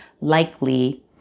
likely